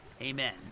amen